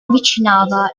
avvicinava